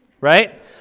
right